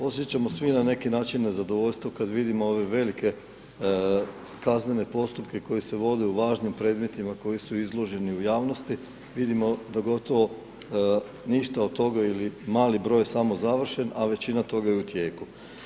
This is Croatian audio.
Osjećamo svi na neki način nezadovoljstvo kada vidimo ove velike kaznene postupke koji se vode u važnim predmetima koje su izložene u javnosti, vidimo da gotovo ništa od toga ili mali broj je samo završen, a većina toga je u tijeku.